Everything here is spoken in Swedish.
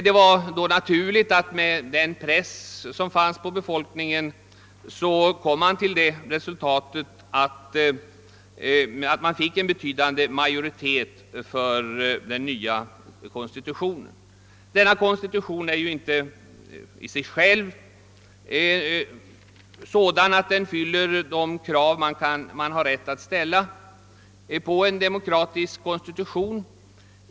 Denna press på befolkningen ledde helt naturligt till resultatet att en betydande majoritet för den nya konstitutionen uppnåddes. Denna konstitution fyller inte de krav som man har rätt att ställa på en demokratisk konstitution.